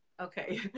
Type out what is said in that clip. Okay